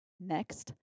next